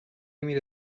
میره